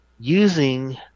using